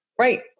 right